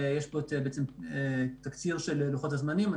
יש בשקף לפניכם את תקציר לוחות הזמנים.